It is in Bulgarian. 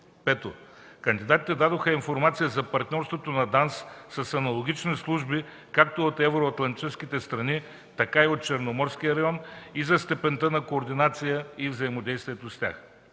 5. Кандидатите дадоха информация за партньорството на ДАНС с аналогични служби както от евроатлантическите страни, така и от Черноморския район и за степента на координация и взаимодействието с тях.